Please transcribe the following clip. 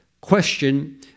question